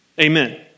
Amen